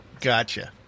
Gotcha